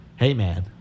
Heyman